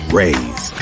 raise